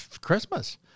Christmas